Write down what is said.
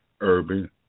urban